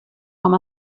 com